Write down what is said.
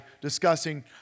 discussing